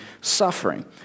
suffering